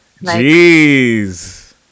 Jeez